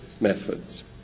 methods